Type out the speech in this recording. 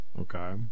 Okay